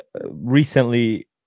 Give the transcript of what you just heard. recently